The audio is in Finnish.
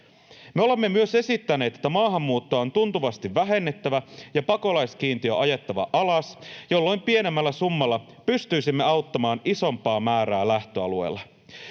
Me olemme myös esittäneet, että maahanmuuttoa on tuntuvasti vähennettävä ja pakolaiskiintiö on ajettava alas, jolloin pienemmällä summalla pystyisimme auttamaan isompaa määrää lähtöalueella.